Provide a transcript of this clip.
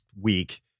week